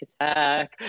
attack